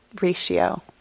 ratio